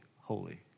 holy